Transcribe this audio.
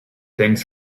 things